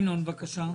ינון, בבקשה.